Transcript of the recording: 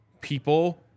people